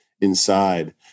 inside